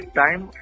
time